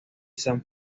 san